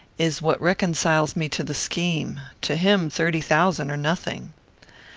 is what reconciles me to the scheme. to him thirty thousand are nothing.